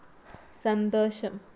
സന്തോഷം